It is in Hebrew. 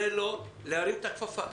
להרים את הכפפה.